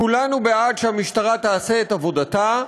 כולנו בעד שהמשטרה תעשה את עבודתה,